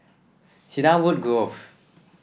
Cedarwood Grove